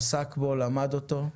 עסק בו, למד אותו,